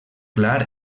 clar